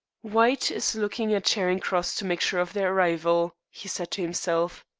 white is looking at charing cross to make sure of their arrival, he said to himself.